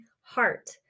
heart